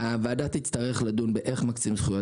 הוועדה תצטרך לדון באיך מקצים זכויות